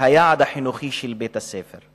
והיעד החינוכי של בית-הספר,